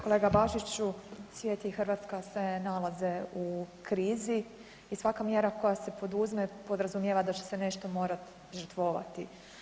Kolega Bačiću, svijet i Hrvatska se nalaze u krizi i svaka mjera koja se poduzme podrazumijeva se da će se nešto morati žrtvovati.